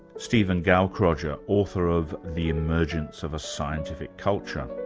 stephen gaukroger, author of the emergence of a scientific culture.